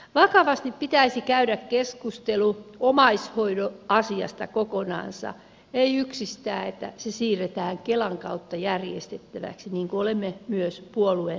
vakavasti pitäisi käydä keskustelu omaishoidon asiasta kokonansa ei yksistään että se siirretään kelan kautta järjestettäväksi niin kuin olemme myös puolueena vaatineet